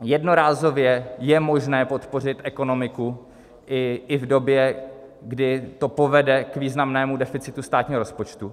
Jednorázově je možné podpořit ekonomiku i v době, kdy to povede k významnému deficitu státního rozpočtu.